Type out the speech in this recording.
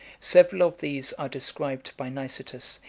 several of these are described by nicetas,